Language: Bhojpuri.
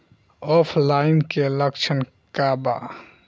ऑफलाइनके लक्षण क वा?